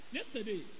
Yesterday